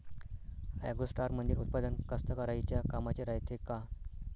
ॲग्रोस्टारमंदील उत्पादन कास्तकाराइच्या कामाचे रायते का?